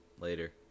later